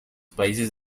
países